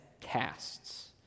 casts